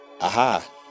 Aha